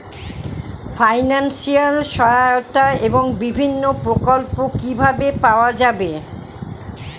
Financial সহায়তা এবং বিভিন্ন প্রকল্প কিভাবে পাওয়া যাবে?